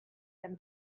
than